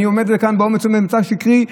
אני עומד כאן באומץ ואומר: מיצג שקרי.